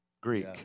Greek